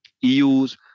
EU's